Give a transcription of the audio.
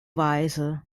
weise